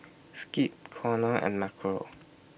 Skip Connor and Marco